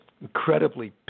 incredibly